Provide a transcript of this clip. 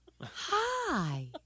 Hi